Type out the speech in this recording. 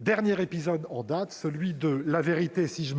dernier épisode en date, celui de, avec une séance